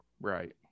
right